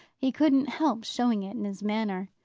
he couldn't help showing it in his manner.